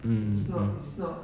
mm mm